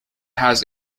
has